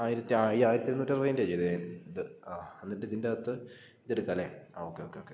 ആയിരത്തി ആയിരത്തിരുന്നൂറ്ററുപതിൻ്റെ ചെയ്തത് ഇത് ആ എന്നിട്ട് ഇതിൻ്റെ അത്ത് ഇത് എടുക്കാം അല്ലേ ഓക്കെ ഓക്കെ ഓക്കെ